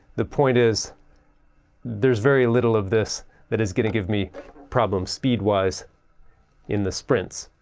the point is there's very little of this that is going to give me problems speed wise in the sprints.